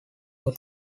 over